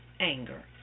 anger